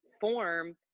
form